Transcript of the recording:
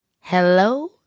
hello